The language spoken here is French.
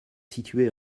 situés